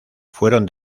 fueron